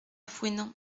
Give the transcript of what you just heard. fouesnant